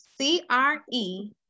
C-R-E